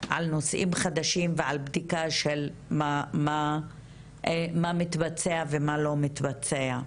על נושאים חדשים ועל בדיקה של מה מתבצע ומה לא מתבצע,